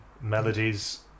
melodies